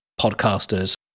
podcasters